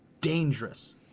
dangerous